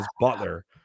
Butler